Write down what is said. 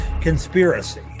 conspiracy